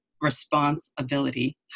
responsibility